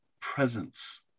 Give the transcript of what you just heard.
presence